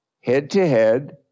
head-to-head